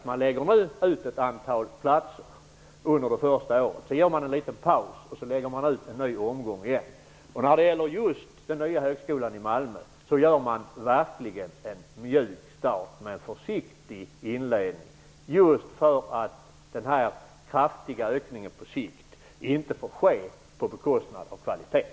Man lägger ut ett antal platser under det första året. Sedan gör man en liten paus och så lägger man ut en ny omgång. Det görs verkligen en mjukstart när det gäller den nya högskolan i Malmö. Det blir en försiktig inledning just för att den kraftiga ökningen på sikt inte får ske på bekostnad av kvaliteten.